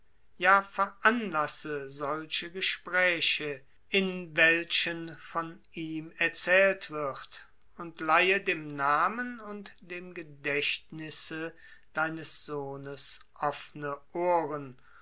ja veranlasse solche gespräche in welchen von ihm erzählt wird und leihe dem namen und dem gedächtnisse deines sohnes offne ohren